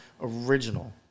original